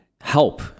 help